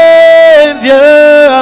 Savior